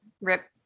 Rip